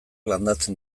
landatzen